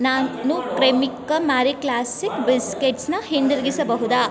ನಾನು Cremica Marie classic ಬಿಸ್ಕೆಟ್ಸನ್ನ ಹಿಂದಿರುಗಿಸಬಹುದಾ